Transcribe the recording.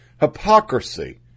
Hypocrisy